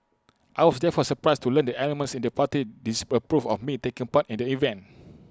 I was therefore surprised to learn that elements in the party disapproved of me taking part in the event